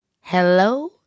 hello